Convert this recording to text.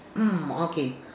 ah okay